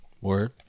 Word